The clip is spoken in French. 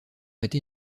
été